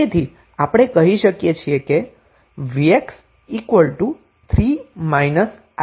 તેથી આપણે કહી શકીએ છીએ કે vx 3 − i છે